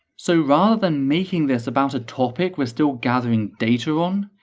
so rather than making this about a topic we're still gathering data on,